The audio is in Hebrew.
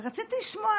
ורציתי לשמוע